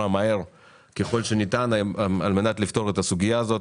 מהר ככל שניתן על מנת לפתור את הסוגיה הזאת.